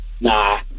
Nah